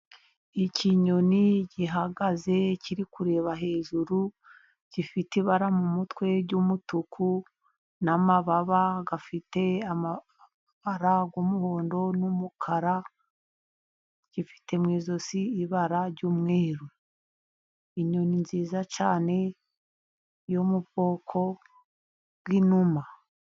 Ikinyoni gihagaze, kiri kureba hejuru, gifite ibara mu mutwe ry'umutuku, n'amababa afite amabara y'umuhondo, n'umukara gifite mu ijosi ibara ry'umweru. Inyoni nziza cyane yo mu bwoko bw'inuma.